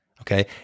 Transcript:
okay